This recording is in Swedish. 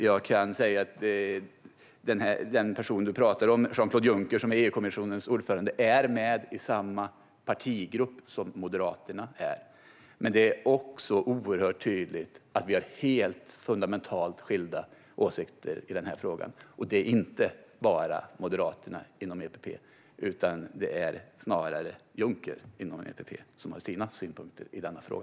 Jag kan säga att den person som du talar om, Patrik Björck, som är EU-kommissionens ordförande är med i samma partigrupp som Moderaterna. Men det är också oerhört tydligt att vi har fundamentalt skilda åsikter i denna fråga. Det är inte bara Moderaterna inom EPP, utan det är snarare Juncker inom EPP, som har sina synpunkter i denna fråga.